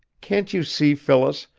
can't you see, phyllis,